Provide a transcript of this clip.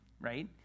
right